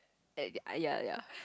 ya ya